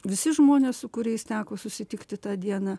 visi žmonės su kuriais teko susitikti tą dieną